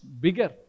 bigger